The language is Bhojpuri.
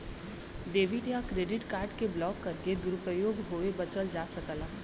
डेबिट या क्रेडिट कार्ड के ब्लॉक करके दुरूपयोग होये बचल जा सकला